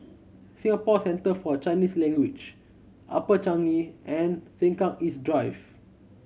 Singapore Centre For Chinese Language Upper Changi and Sengkang East Drive